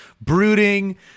brooding